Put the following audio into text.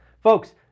Folks